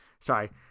Sorry